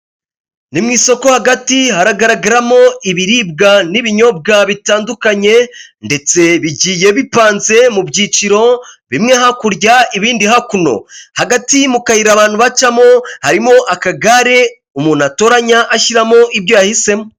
Ni mu isoko hagati hagaragaramo ibiribwa n'ibinyobwa bitandukanye ndetse bigiye bipanze mu byiciro bimwe hakurya ibindi hakuno, hagati mu kayira abantu bacamo harimo akagare umuntu atoranya ashyiramo ibyo yahisemo.